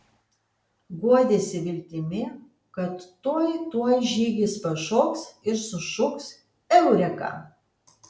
guodėsi viltimi kad tuoj tuoj žygis pašoks ir sušuks eureka